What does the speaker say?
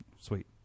Sweet